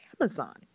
Amazon